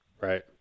Right